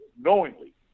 knowingly